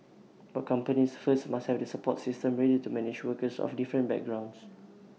but companies first must have the support systems ready to manage workers of different backgrounds